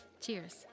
Cheers